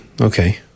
okay